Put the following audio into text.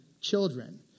children